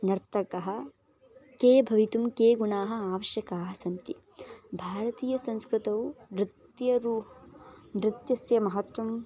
नर्तकः के भवितुं के गुणाः आवश्यकाः सन्ति भारतीयसंस्कृतौ नृत्यं रू नृत्यस्य महत्त्वं